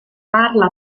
parla